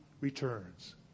returns